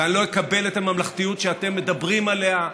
ואני לא אקבל את הממלכתיות שאתם מדברים עליה,